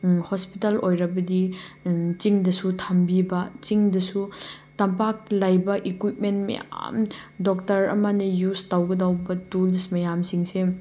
hospital ꯑꯣꯏꯔꯕꯗꯤ ꯆꯤꯡꯗꯁꯨ ꯊꯝꯕꯤꯕ ꯆꯤꯡꯗꯁꯨ ꯇꯝꯄꯥꯛ ꯂꯩꯕ ꯏꯀ꯭ꯋꯤꯞꯃꯦꯟ ꯃꯌꯥꯝ ꯗꯣꯛꯇꯔ ꯑꯃꯅ ꯌꯨꯖ ꯇꯧꯒꯗꯧꯕ ꯇꯨꯜꯁ ꯃꯌꯥꯝꯁꯤꯡꯁꯦ